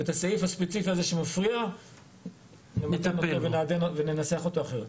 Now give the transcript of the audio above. ואת הסעיף הספציפי הזה שמפריע ננסח אחרת.